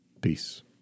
Peace